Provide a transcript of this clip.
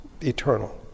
eternal